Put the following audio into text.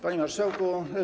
Panie Marszałku!